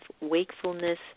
wakefulness